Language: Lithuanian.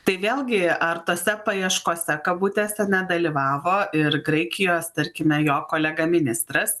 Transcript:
tai vėlgi ar tose paieškose kabutėse nedalyvavo ir graikijos tarkime jo kolega ministras